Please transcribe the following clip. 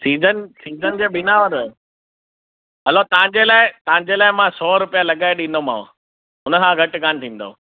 season season जे बिना वारा हलो तव्हांजे लाए तव्हांजे लाइ मां सौ रुपिया लॻाए ॾींदोमांव हुनखां घटि कोन थींदव